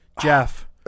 Jeff